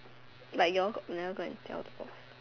like you all got never go and tell the boss